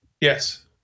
Yes